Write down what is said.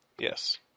Yes